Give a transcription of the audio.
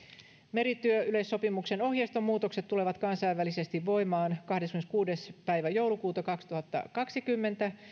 merityöyleissopimuksen ohjeiston muutokset tulevat kansainvälisesti voimaan kahdeskymmeneskuudes päivä joulukuuta kaksituhattakaksikymmentä